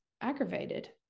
aggravated